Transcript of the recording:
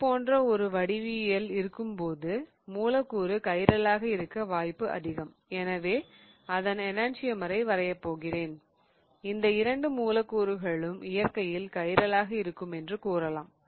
இது போன்ற ஒரு வடிவியல் இருக்கும்போது மூலக்கூறு கைரலாக இருக்க வாய்ப்பு அதிகம் எனவே அதன் எணன்சியமரை வரையப் போகிறேன் இந்த இரண்டு மூலக்கூறுகளும் இயற்கையில் கைரலாக இருக்கும் என்று கூறலாம்